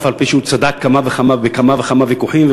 אף-על-פי שהוא צדק בכמה וכמה ויכוחים,